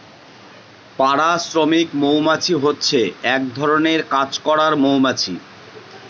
পাড়া শ্রমিক মৌমাছি হচ্ছে এক ধরনের কাজ করার মৌমাছি